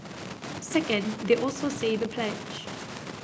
second they also say the pledge